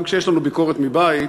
גם כשיש לנו ביקורת מבית,